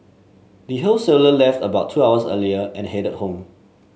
the wholesaler left about two hours earlier and headed home